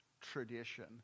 tradition